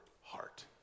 heart